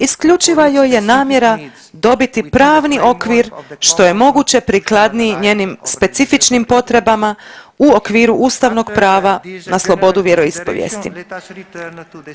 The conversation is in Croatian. Isključiva joj je namjera dobiti pravni okvir što je moguće prikladniji njenim specifičnim potrebama u okviru ustavnog prava na slobodu vjeroispovijesti.